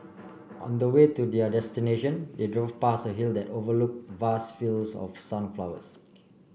on the way to their destination they drove past a hill that overlook vast fields of sunflowers